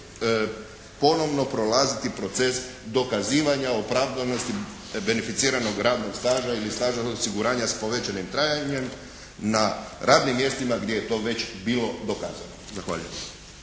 ponovno prolaziti proces dokazivanja opravdanosti beneficiranog radnog staža ili staža osiguranja s povećanim trajanjem na radnim mjestima gdje je to već bilo dokazano. **Milinović,